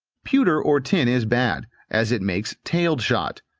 pewter or tin is bad, as it makes tailed shot.